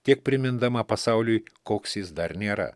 tiek primindama pasauliui koks jis dar nėra